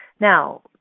Now